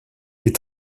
est